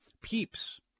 peeps